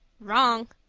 wrong.